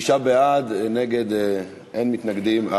תשעה בעד, אין מתנגדים.